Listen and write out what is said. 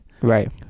right